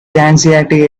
anxiety